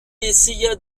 essaya